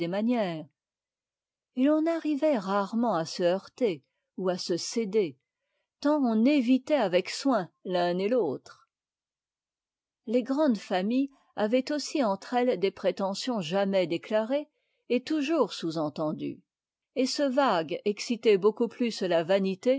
manières et l'on arrivait rarement à se heurter ou à se céder tant on évitait avec soin l'un et l'autre les grandes familles avaient aussi entre elles des prétentions jamais déclarées et toujours sous entendues et ce vague excitait beaucoup plus la vanité